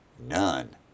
None